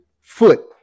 Foot